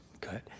Good